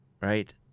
right